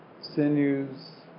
sinews